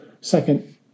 Second